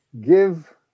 give